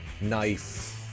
knife